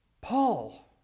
Paul